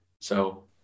So-